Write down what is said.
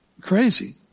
Crazy